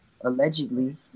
allegedly